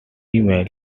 female